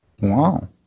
Wow